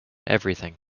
everything